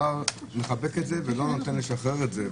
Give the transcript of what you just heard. השר מחבק את זה ולא נותן לשחרר את זה.